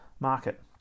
market